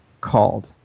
called